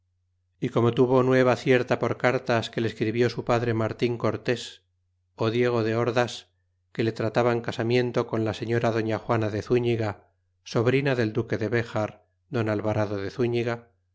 ó como tuvo nueva cierta por cartas que le escribió su padre martin cortés ó diego de ordas que le trataban casamiento con la señora doña juana de zíniiga sobrina del duque de liéjar don alvarado de zóitiga